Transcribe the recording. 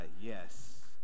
yes